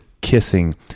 kissing